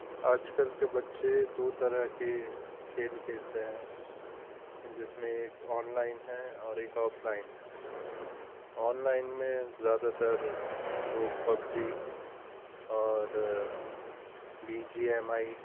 آج کل کے بچے دو طرح کے کھیل کھیلتے ہیں جس میں ایک آن لائن ہے اور ایک آف لائن ہے آن لائن میں زیادہ تر لوگ پبجی اور بی جی ایم آئی